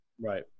right